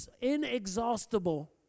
inexhaustible